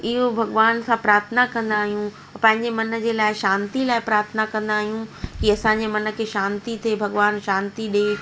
इहो भॻिवान सां प्रार्थना कंदा आहियूं पंहिंजे मन जे लाइ शांती लाइ प्रार्थना कंदा आहियूं की असांजे मन खे शांती थिए भॻिवान शांती ॾिए